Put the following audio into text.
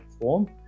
form